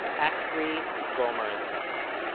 act three gomer and sons